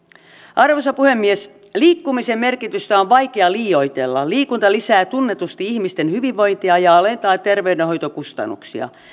arvoisa puhemies liikkumisen merkitystä on vaikea liioitella liikunta lisää tunnetusti ihmisten hyvinvointia ja alentaa terveydenhoitokustannuksia